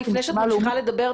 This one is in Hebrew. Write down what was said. לפני שאת ממשיכה לדבר,